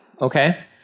okay